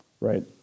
Right